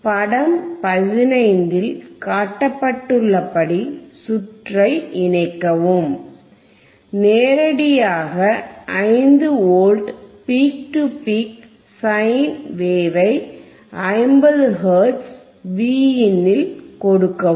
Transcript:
படம் 15 இல் காட்டப்பட்டுள்ளபடி சுற்றை இணைக்கவும் நேரடியாக ஐந்து volt peak to peak sine வேவை 50 ஹெர்ட்ஸில் Vinல் கொடுக்கவும்